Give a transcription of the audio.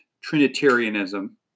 Trinitarianism